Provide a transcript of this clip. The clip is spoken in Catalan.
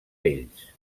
ells